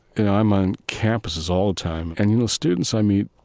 and i'm on campuses all the time. and you know, students i meet,